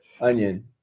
onion